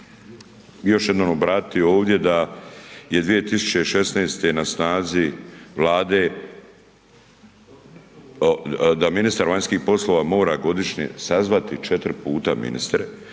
još jednom obratiti ovdje da je 2016. na snazi Vlade, da ministar vanjskih poslova mora godišnje sazvati 4 puta ministre